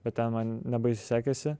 bet ten man nebaisiai sekėsi